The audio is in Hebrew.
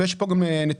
יש פה גם נתונים.